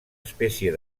espècie